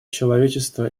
человечество